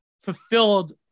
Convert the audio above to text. fulfilled